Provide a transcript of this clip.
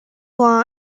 law